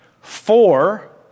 four